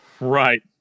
Right